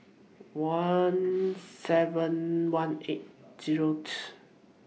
one seven one eight zeroth